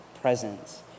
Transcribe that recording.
presence